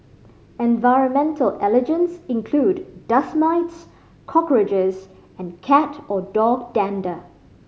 environmental allergens include dust mites cockroaches and cat or dog dander